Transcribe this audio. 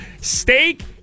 steak